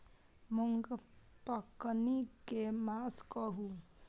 मूँग पकनी के मास कहू?